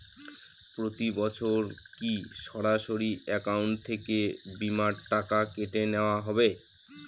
প্রতি বছর কি সরাসরি অ্যাকাউন্ট থেকে বীমার টাকা কেটে নেওয়া হবে?